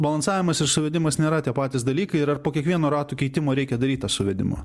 balansavimas ir suvedimas nėra tie patys dalykai ir ar po kiekvieno ratų keitimo reikia daryt tą suvedimą